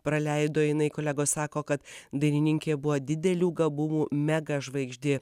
praleido jinai kolegos sako kad dainininkė buvo didelių gabumų mega žvaigždė